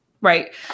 Right